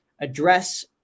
address